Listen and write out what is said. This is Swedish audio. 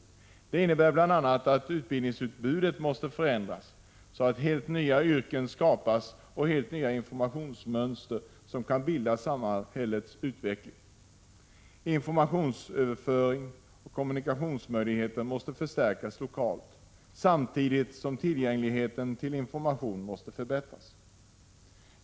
Detta innebär bl.a. att utbildningsutbudet måste förändras, så att helt nya yrken och helt nya informationsmönster skapas som kan binda samman samhällets utveckling. Informationsöverföring och kommunikationsmöjligheter måste förstärkas lokalt, samtidigt som tillgängligheten till informationen måste förbättras.